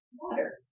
water